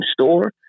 store